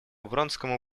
вронскому